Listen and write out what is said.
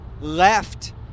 left